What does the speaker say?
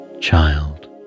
Child